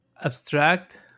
abstract